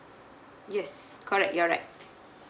yes correct you're right